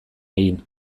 egin